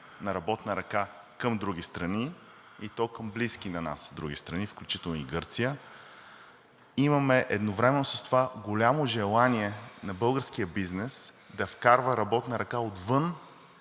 на работна ръка към други страни, и то към близки на нас страни, включително и Гърция. Едновременно с това имаме голямо желание на българския бизнес да вкарва работна ръка отвън